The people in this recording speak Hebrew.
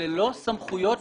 זה לא שונה